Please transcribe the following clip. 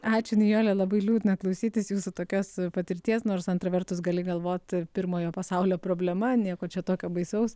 ačiū nijole labai liūdna klausytis jūsų tokios patirties nors antra vertus gali galvot pirmojo pasaulio problema nieko čia tokio baisaus